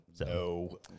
No